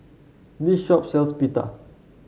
this shop sells Pita